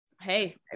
Hey